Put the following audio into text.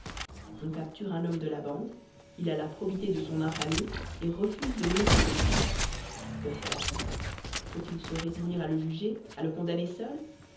on capture un homme de la bande il a la probité de son infamie et refuse de nommer ses complices que faire faut-il se résigner à le juger à le condamner seul